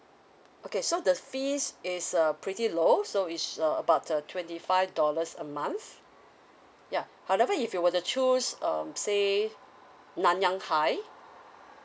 okay so the fees it's a pretty low so it's a about a twenty five dollars a month ya however if you wanna choose um say nanyang high